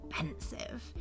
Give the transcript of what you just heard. expensive